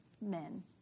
men